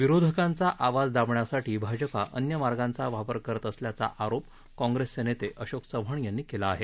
विरोधकांचा आवाज दाबण्यासाठी भाजपा अन्य मार्गांचा वापर करत असल्याचा आरोप काँग्रेसचे नेते अशोक चव्हाण यांनी केला आहे